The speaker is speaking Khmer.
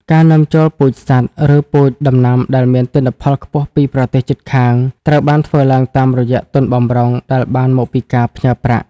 ការនាំចូលពូជសត្វ ឬពូជដំណាំដែលមានទិន្នផលខ្ពស់ពីប្រទេសជិតខាងត្រូវបានធ្វើឡើងតាមរយៈទុនបម្រុងដែលបានមកពីការផ្ញើប្រាក់។